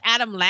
Adam